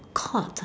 caught